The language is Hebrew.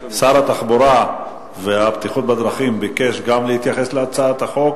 גם שר התחבורה והבטיחות בדרכים ביקש להתייחס להצעת החוק.